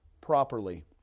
properly